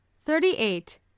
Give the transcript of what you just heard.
Thirty-Eight